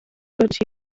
but